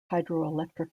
hydroelectric